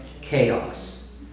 chaos